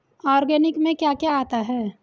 Organic में क्या क्या आता है?